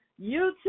YouTube